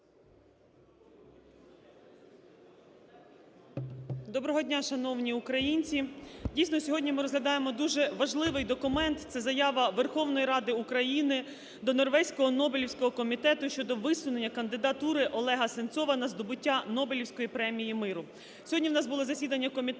Доброго дня, шановні українці! Дійсно, сьогодні ми розглядаємо дуже важливий документ, це Заява Верховної Ради України до Норвезького Нобелівського комітету щодо висунення кандидатури Олега Сенцова на здобуття Нобелівської премії миру. Сьогодні у нас було засідання комітету,